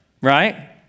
right